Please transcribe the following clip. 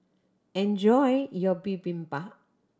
enjoy your Bibimbap